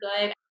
good